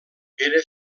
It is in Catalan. era